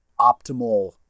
optimal